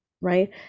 right